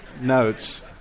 notes